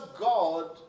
God